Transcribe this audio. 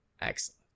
Excellent